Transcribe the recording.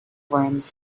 worms